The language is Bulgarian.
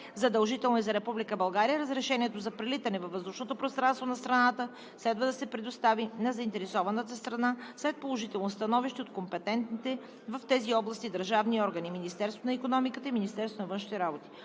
задължителни за Република България, решението за прелитане във въздушното пространство на страната следва да се предостави на заинтересованата страна след положително становище от компетентните в тези области държавни органи – Министерството на икономиката и Министерството на външните работи.